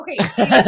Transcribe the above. Okay